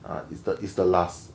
ah is the is the last